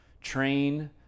train